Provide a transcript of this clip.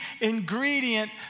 ingredient